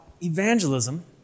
evangelism